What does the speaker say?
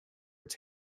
its